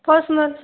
personal